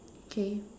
okay